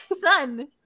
son